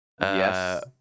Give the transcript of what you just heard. Yes